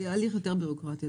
היא הליך יותר בירוקרטי,